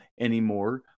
anymore